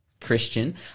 Christian